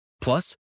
plus